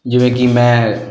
ਜਿਵੇਂ ਕਿ ਮੈਂ